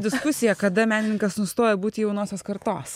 diskusija kada menininkas nustoja būti jaunosios kartos